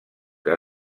que